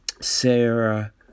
Sarah